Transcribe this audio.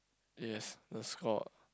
yes the score